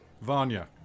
Vanya